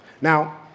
Now